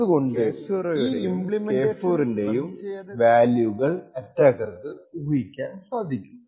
അതുകൊണ്ട് ഈ implementation run ചെയ്യാതെ തന്നെ K0 യുടെയും K4 ൻറെയും വാല്യൂകൾ അറ്റാക്കർക്കു ഊഹിക്കാൻ സാധിക്കും